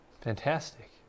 Fantastic